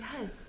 Yes